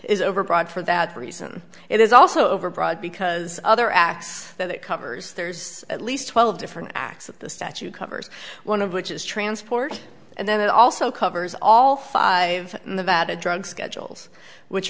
statute is overbroad for that reason it is also over broad because other acts that it covers there's at least twelve different acts of the statute covers one of which is transport and then it also covers all five in the bad drug schedules which